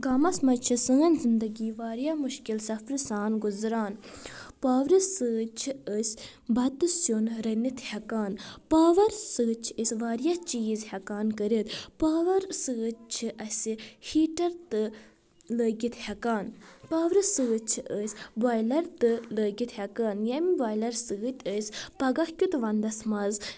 گامس منٛز چھ سأنۍ زِنٛدگی واریاہ مُشکِل سفرٕ سان گُزران پاورٕ سۭتۍ چھ أسۍ بتہٕ سیُن رٔنِتھ ہیٚکان پاور سۭتۍ چھ أسۍ واریاہ چیٖز ہیٚکان کٔرِتھ پاورٕ سۭتۍ چھ اَسہِ ہیٖٹر تہِ لأگِتھ ہیٚکان پاورٕ سۭتۍ چھ أسۍ بویلر تہِ لأگِتھ ہیٚکان ییٚمہِ بویلر سۭتۍ أسۍ پگاہ کیُتھ ونٛدس منٛز